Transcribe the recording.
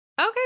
Okay